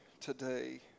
today